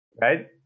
Right